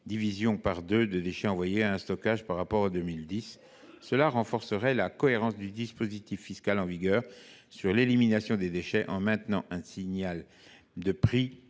division par deux des déchets envoyés en stockage par rapport à 2010. Cela renforcerait la cohérence du dispositif fiscal en vigueur sur l’élimination des déchets, en maintenant un signal de prix